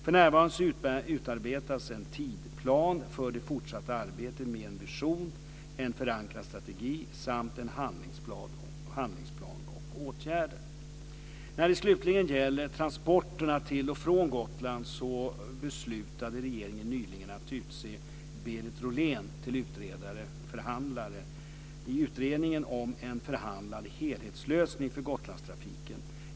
För närvarande utarbetas en tidsplan för det fortsatta arbetet med en vision, en förankrad strategi samt en handlingsplan och åtgärder. När det slutligen gäller transporterna till och från Gotland så beslutade regeringen nyligen att utse Berit Rollén till utredare och förhandlare i utredningen om en förhandlad helhetslösning för Gotlandstrafiken.